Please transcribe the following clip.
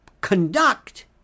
conduct